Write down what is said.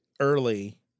early